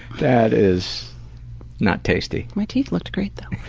that is not tasty! my teeth looked great though.